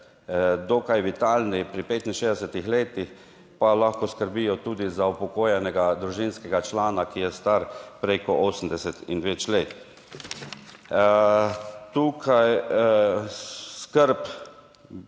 dokaj vitalni pri 65. letih pa lahko skrbijo tudi za upokojenega družinskega člana, ki je star preko 80 in več let. Tukaj skrb,